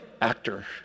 actor